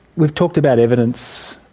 we've talked about evidence.